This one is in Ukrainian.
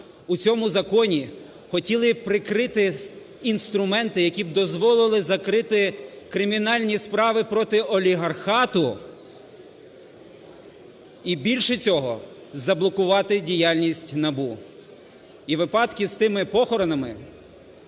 у цьому законі хотіли прикрити інструменти, які б дозволили закрити кримінальні справи проти олігархату і, більше цього, заблокувати діяльність НАБУ, і випадки з тими похоронами